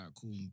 cool